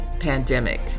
pandemic